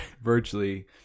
virtually